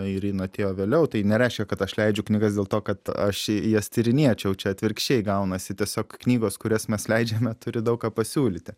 ir jin atėjo vėliau tai nereiškia kad aš leidžiu knygas dėl to kad aš jas tyrinėčiau čia atvirkščiai gaunasi tiesiog knygos kurias mes leidžiame turi daug ką pasiūlyti